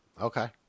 Okay